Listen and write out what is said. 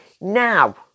Now